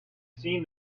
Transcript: seen